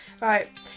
Right